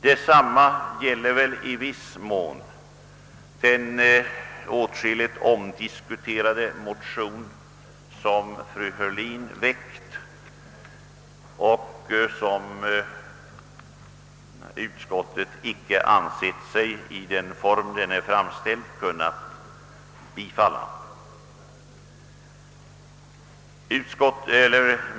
Detsamma gäller i viss mån den åtskilligt omdiskuterade motion som fru Heurlin väckt och som utskottet inte ansett sig kunna tillstyrka i den form den är framställd.